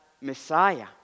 Messiah